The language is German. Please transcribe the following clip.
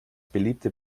beliebte